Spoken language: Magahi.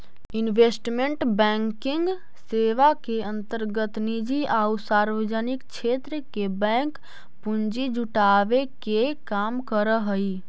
इन्वेस्टमेंट बैंकिंग सेवा के अंतर्गत निजी आउ सार्वजनिक क्षेत्र के बैंक पूंजी जुटावे के काम करऽ हइ